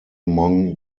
among